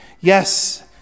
Yes